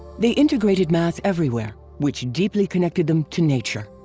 they integrated math everywhere. which deeply connected them to nature.